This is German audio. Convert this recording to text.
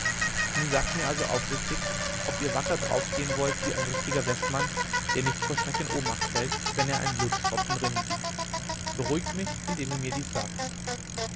nun sagt mir also aufrichtig ob ihr wacker draufgehn wollt wie ein richtiger westmann der nicht vor schreck in ohnmacht fällt wenn er einen blutstropfen rinnen sieht beruhigt mich indem ihr mir dies sagt